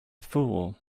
fool